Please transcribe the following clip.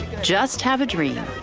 just have a dream.